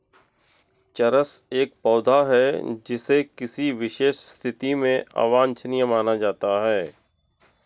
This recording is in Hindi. चरस एक पौधा है जिसे किसी विशेष स्थिति में अवांछनीय माना जाता है